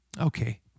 okay